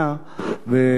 ולכן,